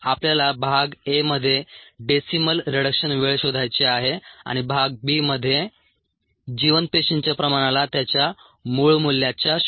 आपल्याला भाग a मध्ये डेसिमल रिडक्शन वेळ शोधायची आहे आणि भाग b मध्ये जिवंत पेशींच्या प्रमाणाला त्याच्या मूळ मूल्याच्या 0